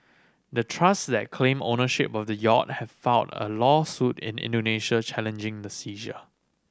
the trust that claim ownership of the yacht have filed a lawsuit in Indonesia challenging the seizure